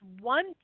one